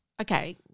okay